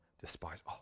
despise